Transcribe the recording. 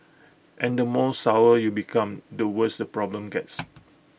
and the more sour you become the worse the problem gets